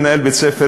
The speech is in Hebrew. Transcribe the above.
כמנהל בית-ספר,